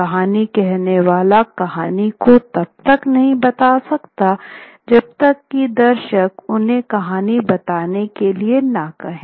कहानी कहने वाला कहानी को तब तक नहीं बता सकता जब तक कि दर्शक उन्हें कहानी बताने के लिए न कहें